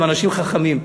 הם אנשים חכמים,